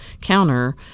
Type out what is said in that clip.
counter